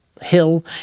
hill